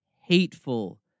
hateful